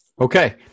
Okay